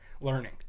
learning